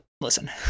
listen